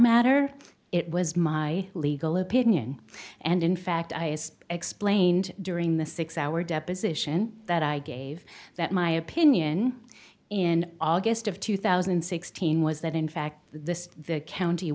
matter it was my legal opinion and in fact i explained during the six hour deposition that i gave that my opinion in august of two thousand and sixteen was that in fact the county